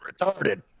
Retarded